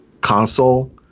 console